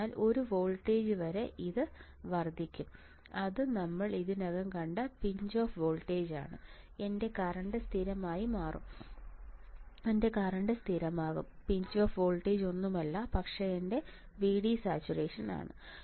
അതിനാൽ ഒരു വോൾട്ടേജ് വരെ ഇത് വർദ്ധിക്കും അത് നമ്മൾ ഇതിനകം കണ്ട എന്റെ പിഞ്ച് ഓഫ് വോൾട്ടേജാണ് എന്റെ കറന്റ് സ്ഥിരമായി മാറും എന്റെ കറന്റ് സ്ഥിരമാകും പിഞ്ച് ഓഫ് വോൾട്ടേജ് ഒന്നുമല്ല പക്ഷേ എന്റെ VD സാച്ചുറേഷൻ ആണ്